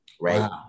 right